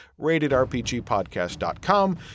ratedrpgpodcast.com